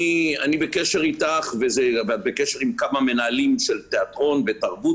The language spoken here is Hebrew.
אני בקשר איתך ואת בקשר עם כמה מנהלים של תיאטרון ותרבות